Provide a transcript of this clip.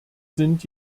sind